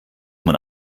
man